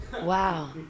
Wow